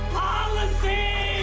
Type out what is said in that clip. policy